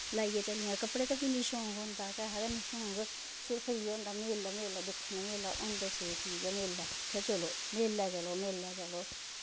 लाइयै चली जाना कपड़े दी बी नी शौंक होंदा ऐहा गै नी शौंक सिर्फ इयै होंदा मेला मेला दिक्खन मेला होंदा केह् चीज़ ऐ मेला उत्थै चलो मेलै चलो मेलै चलो